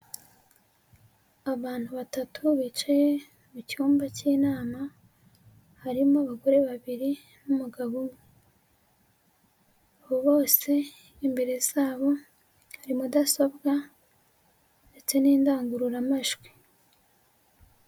Abantu batatu bicaye mu cyumba cy'inama, harimo abagore babiri n'umugabo umwe, abo bose imbere zabo hari mudasobwa ndetse n'indangururamajwi.